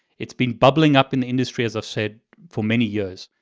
it's been bubbling up in the industry, as i've said, for many years.